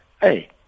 hey